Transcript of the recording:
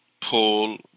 Paul